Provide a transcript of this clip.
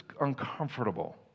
uncomfortable